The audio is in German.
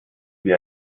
wir